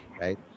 right